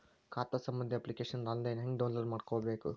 ಖಾತಾ ಸಂಬಂಧಿ application online ಹೆಂಗ್ ಡೌನ್ಲೋಡ್ ಮಾಡಿಕೊಳ್ಳಬೇಕು?